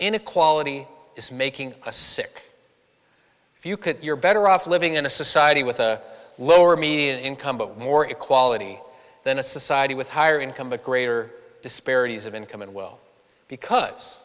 inequality is making a sick if you could you're better off living in a society with a lower median income of more equality than a society with higher income a greater disparities of income and wealth because